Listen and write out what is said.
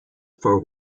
for